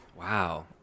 Wow